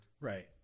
right